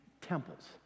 temples